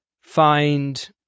find